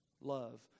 Love